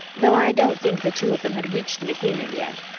though i don't think the two of them had reached an agreement yet.